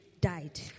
died